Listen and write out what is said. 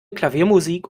klaviermusik